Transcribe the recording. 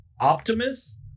Optimus